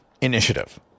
initiative